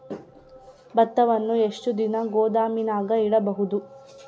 ಭತ್ತವನ್ನು ಎಷ್ಟು ದಿನ ಗೋದಾಮಿನಾಗ ಇಡಬಹುದು?